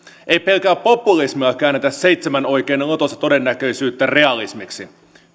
ei pelkällä populismilla käännetä seitsemän oikein lotossa todennäköisyyttä realismiksi